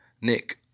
Nick